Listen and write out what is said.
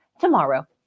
tomorrow